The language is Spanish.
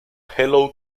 hello